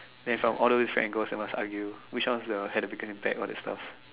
then if I am all those angles we must argue which one had the biggest impact all that stuff